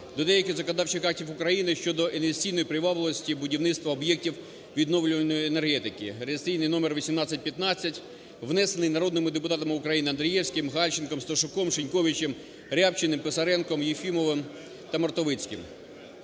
до деяких законодавчих актів України (щодо інвестиційної привабливості будівництва об'єктів відновлювальної енергетики) (реєстраційний номер (1815), внесений народними депутатами України: Андрієвським, Гальченком, Сташуком, Шиньковичем, Рябчиним, Писаренком, Єфімовим та Мартовицьким.